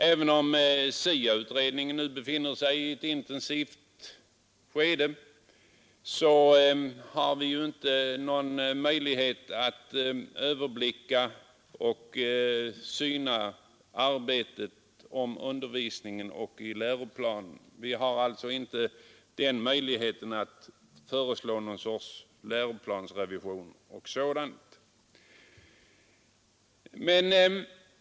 Även om SIA-utredningen nu befinner sig i ett intensivt skede har vi inga möjligheter att i läroplanen överblicka och syna arbetet rörande undervisningen. Vi har därför heller inte möjligheter att föreslå någon sorts läroplansrevision eller liknande.